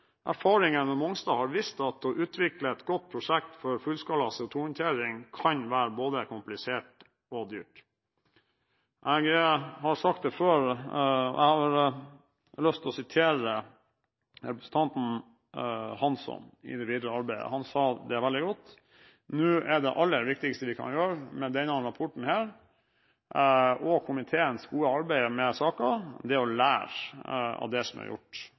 Erfaringen med Mongstad har vist at å utvikle et godt prosjekt for fullskala CO2-håndtering kan være både komplisert og dyrt. Jeg har sagt det før – og jeg har lyst til å vise til representanten Hansson når det gjelder det videre arbeidet, han sa det veldig godt – nå er det aller viktigste vi kan gjøre med denne rapporten og komiteens gode arbeid med saken, å lære av det som er gjort.